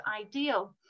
ideal